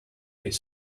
his